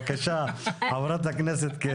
בבקשה, חברת הכנסת קטי שטרית.